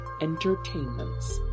entertainments